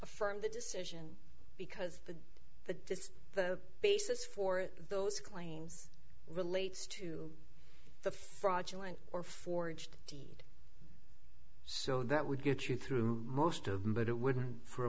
affirmed the decision because the this the basis for those claims relates to the fraudulent or forged so that would get you through most of them but it wouldn't for a